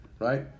Right